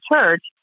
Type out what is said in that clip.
church